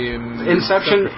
Inception